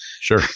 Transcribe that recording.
Sure